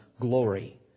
glory